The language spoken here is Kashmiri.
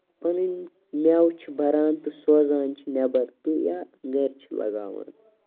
پَنٕنۍ میٚوٕ چھِ بَران تہٕ سوزان چھِ نٮ۪بر یا گرِ چھِ لگاوان